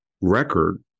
record